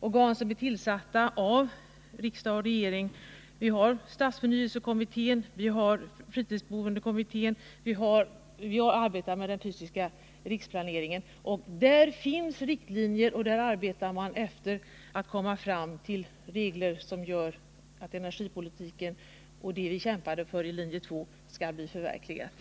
organ som är tillsatta av riksdag och regering: vi har stadsförnyelsekommittén, vi har fritidsboendekommittén och vi arbetar med den fysiska riksplaneringen. Där finns riktlinjer, och man arbetar där för att komma fram till regler som skall göra att energipolitiken och det vi kämpade för i linje 2 skall förverkligas,